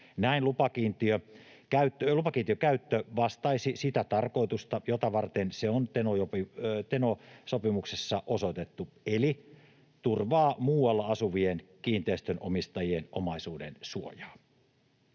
Näin lupakiintiön käyttö vastaisi sitä tarkoitusta, jota varten se on Teno-sopimuksessa osoitettu, eli se turvaisi muualla asuvien kiinteistönomistajien omaisuudensuojaa.